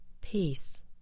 Peace